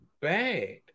bad